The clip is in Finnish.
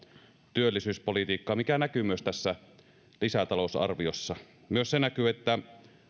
työllisyyspolitiikkaa mikä näkyy myös tässä lisätalousarviossa myös se näkyy että